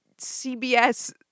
CBS